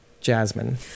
Jasmine